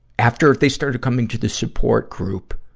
after they started coming to the support group,